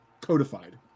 codified